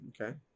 okay